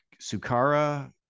Sukara